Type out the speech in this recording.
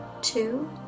two